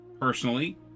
personally